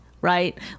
right